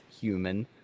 human